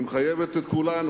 היא מחייבת את כולנו,